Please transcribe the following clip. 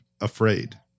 afraid